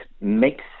makes